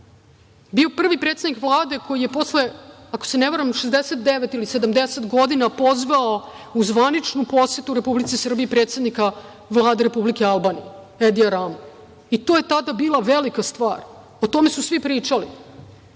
bio prvi predsednik Vlade koji je posle, ako se ne varam, 69 ili 70 godina pozvao u zvaničnu posetu Republici Srbiji predsednika Vlade Republike Albanije Edija Ramu i to je tada bila velika stvar, o tome su svi pričali.